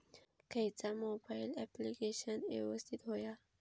खयचा mobile application यवस्तित होया?